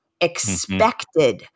expected